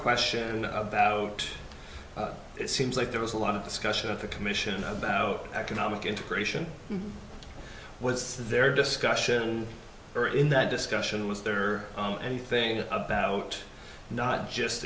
question about it seems like there was a lot of discussion at the commission about economic integration was there discussion or in that discussion was there or anything about not just